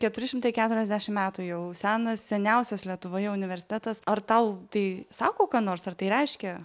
keturi šimtai keturiasdešim metų jau senas seniausias lietuvoje universitetas ar tau tai sako ką nors ar tai reiškia